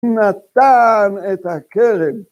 נתן את הכרם